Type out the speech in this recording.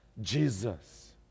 Jesus